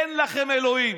אין לכם אלוהים"